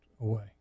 away